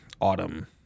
autumn